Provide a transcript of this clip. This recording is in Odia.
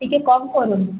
ଟିକିଏ କମ କରନ୍ତୁ